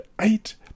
eight